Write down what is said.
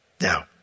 Now